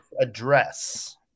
address